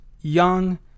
young